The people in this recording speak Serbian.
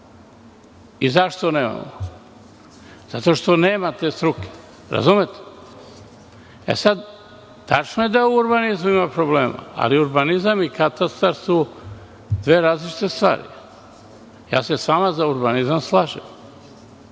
Zašto nemamo? Zato što nemate struke. Tačno je da u urbanizmu ima problema, ali urbanizam i katastar su dve različite stvari. Sa vama se za urbanizam slažem,